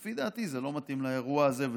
לפי דעתי זה לא מתאים לאירוע הזה.